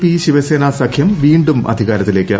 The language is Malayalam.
പി ശിവസേനാ സഖ്യം വീണ്ടും അധികാരത്തിലേയ്ക്ക്